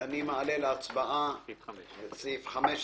אני מעלה להצבעה את סעיף 15